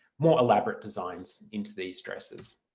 more elaborate designs into these dresses.